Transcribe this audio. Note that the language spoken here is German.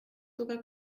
sogar